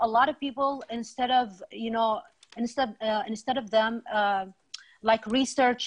הרבה אנשים, במקום זה שהם יחקרו